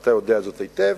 ואתה יודע זאת היטב,